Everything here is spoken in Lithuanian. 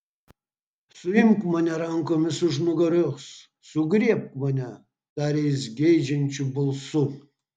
suimk mane rankomis už nugaros sugriebk mane tarė jis geidžiančiu balsu